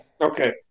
Okay